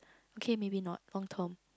okay maybe not long term